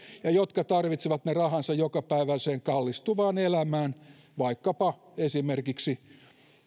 ja jotka tarvitsevat ne rahansa jokapäiväiseen kallistuvaan elämään vaikkapa esimerkiksi